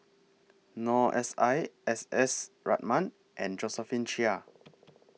Noor S I S S Ratnam and Josephine Chia